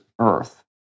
Earth